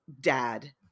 dad